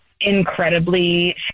incredibly